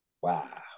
wow